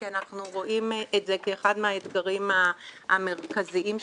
כי אנחנו רואים את זה כאחד מהאתגרים המרכזיים שלנו.